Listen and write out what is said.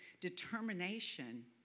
determination